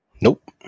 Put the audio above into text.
Nope